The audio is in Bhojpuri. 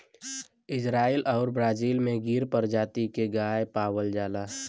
इजराइल आउर ब्राजील में गिर परजाती के गाय पावल जाला